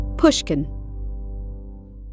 pushkin